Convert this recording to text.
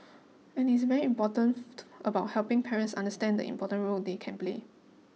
and is very important about helping parents understand the important role they can play